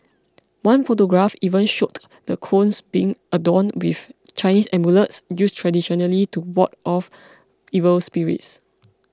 one photograph even showed the cones being adorn with Chinese amulets used traditionally to ward off evil spirits